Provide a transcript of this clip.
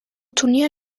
turnier